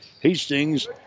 Hastings